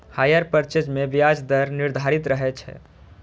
hire purchase मे ब्याज दर निर्धारित रहै छै